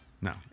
No